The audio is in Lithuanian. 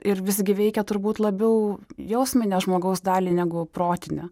ir visgi veikia turbūt labiau jausminę žmogaus dalį negu protinę